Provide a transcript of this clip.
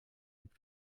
mit